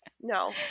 no